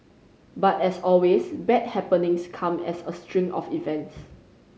but as always bad happenings come as a string of events